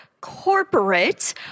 corporate